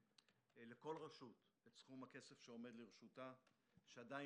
לכל רשות את סכום הכסף שעומד לרשותה ושעדיין